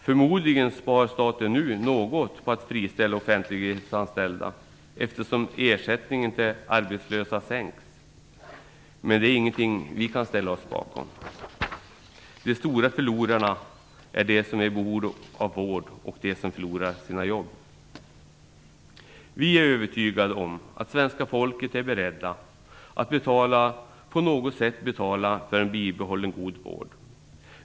Förmodligen spar staten nu något på att friställa offentliganställda, eftersom ersättningen till arbetslösa sänks. Men det är ingenting vi kan ställa oss bakom. De stora förlorarna är de som är i behov av vård och de som förlorar sina jobb. Vi är övertygade om att svenska folket är berett att på något sätt betala för bibehållen god vård.